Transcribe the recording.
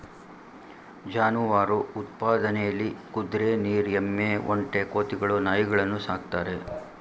ಜಾನುವಾರು ಉತ್ಪಾದನೆಲಿ ಕುದ್ರೆ ನೀರ್ ಎಮ್ಮೆ ಒಂಟೆ ಕೋತಿಗಳು ನಾಯಿಗಳನ್ನು ಸಾಕ್ತಾರೆ